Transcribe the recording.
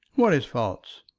what is false?